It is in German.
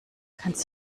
kannst